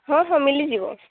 ହଁ ହଁ ମିଲିଯିବ